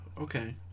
okay